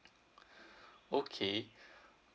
okay